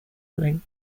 link